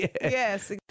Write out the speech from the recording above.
Yes